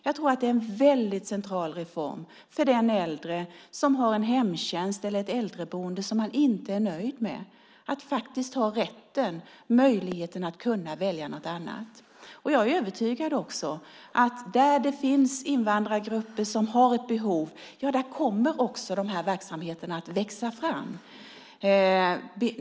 Jag tror att det är en väldigt central reform för äldre som har en hemtjänst eller ett äldreboende som man inte är nöjd med att faktiskt ha rätten och möjligheten att välja något annat. Jag är också övertygad om att där det finns invandrargrupper som har ett behov kommer de här verksamheterna att växa fram.